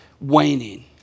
waning